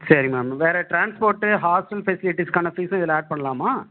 சரி மேம் வேறு transport hostel ஃபெசிலிட்டிஸ்க்கான ஃபீஸ்ஸும் இதில் ஆட் பண்ணலாமா